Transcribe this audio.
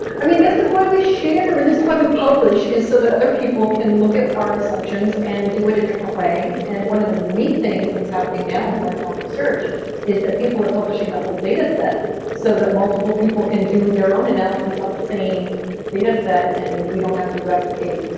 i mean this is why we share, or this is why we publish, is so that other people can look at our assumptions and do it a different way. and one of the neat things that's happening now more and more in research is that people are publishing the whole data set so that multiple people can do their own analyses on the same data set, and we don't have to replicate